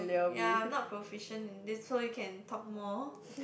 ya I'm not proficient in this so you can talk more